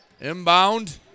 Inbound